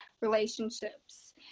relationships